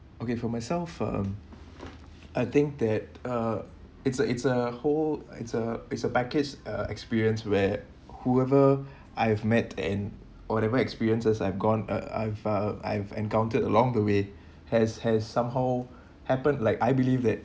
okay for myself um I think that uh it's a it's a whole it's a it's a package uh experience where whoever I have met and whatever experiences I've gone uh I've uh I've encountered along the way has has somehow happen like I believe that